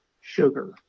sugar